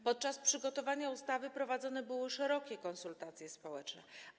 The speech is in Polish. Podczas przygotowywania ustawy prowadzone były szerokie konsultacje społeczne.